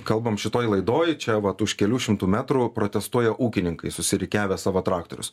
kalbam šitoj laidoj čia vat už kelių šimtų metrų protestuoja ūkininkai susirikiavę savo traktorius